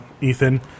Ethan